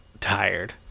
tired